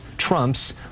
Trump's